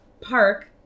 Park